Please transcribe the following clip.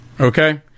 Okay